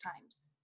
times